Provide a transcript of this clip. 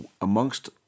Amongst